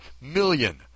million